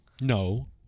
No